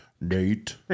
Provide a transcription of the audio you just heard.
Nate